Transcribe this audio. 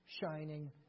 shining